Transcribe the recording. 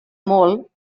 molt